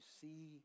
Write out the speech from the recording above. see